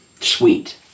Sweet